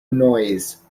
noise